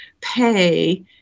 pay